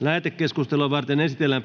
Lähetekeskustelua varten esitellään